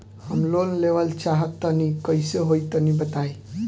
हम लोन लेवल चाह तनि कइसे होई तानि बताईं?